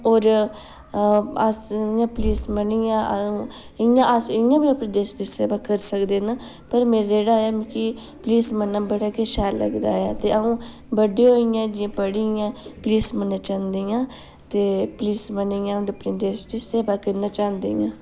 होर अस इ'यां पुलिस बनियै इयां अस इ'यां बी अपने देश दी सेवा करी सकदे न पर मेरा जेह्ड़ा ऐ मिगी पुलिस बनना बड़ा गै शैल लगदा ऐ ते अ'ऊं बड्डे होइयै जियां पढ़ियै पुलिस बनना चांह्दी आं ते पुलिस बनियै अ'ऊं अपने देश दी सेवा करना चांह्दी आं